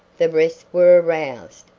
the rest were aroused,